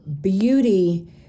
beauty